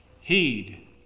heed